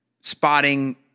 spotting